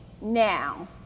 now